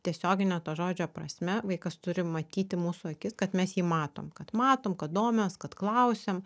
tiesiogine to žodžio prasme vaikas turi matyti mūsų akis kad mes jį matom kad matom kad domimės kad klausiam